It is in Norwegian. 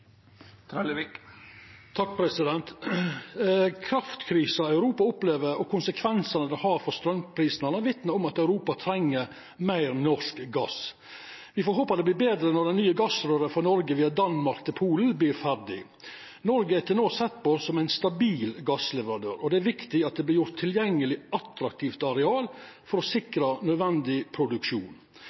Kraftkrisa Europa opplever, og konsekvensane det har for straumprisane, vitnar om at Europa treng meir norsk gass. Me får håpa det vert betre når det nye gassrøyret frå Noreg via Danmark til Polen vert ferdig. Noreg er til no sett på som ein stabil gassleverandør, og det er viktig at det vert gjort tilgjengeleg attraktivt areal for å sikra nødvendig produksjon.